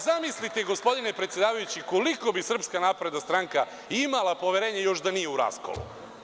Zamislite, gospodine predsedavajući, koliko bi Srpska napredne stranka imala poverenje još da nije u raskolu.